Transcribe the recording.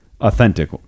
Authentic